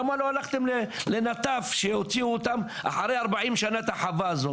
למה לא הלכתם לנטף כשהוציאו אותם אחרי 40 שנה מהחווה הזאת?